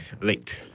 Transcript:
late